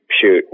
shoot